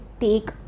take